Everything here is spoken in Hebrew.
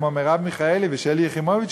כמו מרב מיכאלי ושלי יחימוביץ,